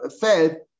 fed